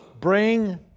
bring